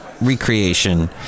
Recreation